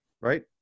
right